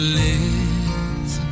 live